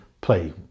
play